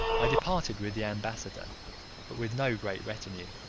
i departed with the ambassador, but with no great retinue.